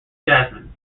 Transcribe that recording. jasmine